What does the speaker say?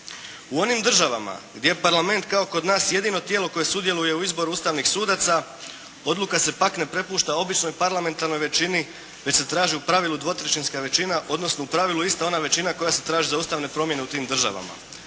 U onim državama gdje je parlament kao kod nas jedino tijelo koje sudjeluje u izboru ustavnih sudaca odluka se pak ne prepušta običnoj parlamentarnoj većini već se traži u pravilu dvotrećinska većina, odnosno u pravilu ista ona većina koja se traži za ustavne promjene u tim državama.